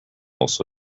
also